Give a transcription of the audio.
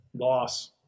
Loss